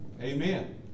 Amen